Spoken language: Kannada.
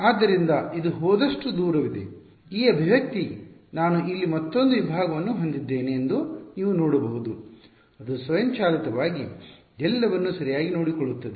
ಆದ್ದರಿಂದ ಇದು ಹೋದಷ್ಟು ದೂರವಿದೆ ಈ ಅಭಿವ್ಯಕ್ತಿ ನಾನು ಇಲ್ಲಿ ಮತ್ತೊಂದು ವಿಭಾಗವನ್ನು ಹೊಂದಿದ್ದೇನೆ ಎಂದು ನೀವು ನೋಡಬಹುದು ಅದು ಸ್ವಯಂಚಾಲಿತವಾಗಿ ಎಲ್ಲವನ್ನೂ ಸರಿಯಾಗಿ ನೋಡಿಕೊಳ್ಳುತ್ತದೆ